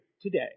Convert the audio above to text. today